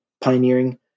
pioneering